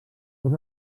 dos